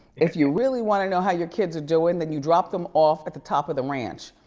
if you really wanna know how your kids are doing, then you drop them off at the top of the ranch,